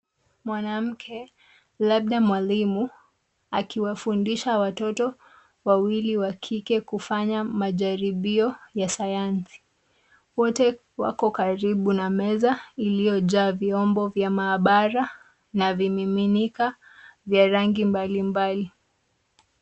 Mwanamke labda mwalimu akiwafundisha watoto wawili wa kike kufanya majaribio ya sayansi. Wote wako karibu na meza iliyojaa vyombo vya maabara na vimiminika vya rangi mbalimbali.